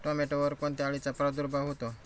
टोमॅटोवर कोणत्या अळीचा प्रादुर्भाव होतो?